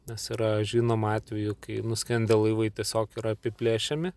nes yra žinoma atvejų kai nuskendę laivai tiesiog yra apiplėšiami